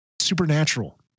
supernatural